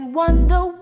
wonder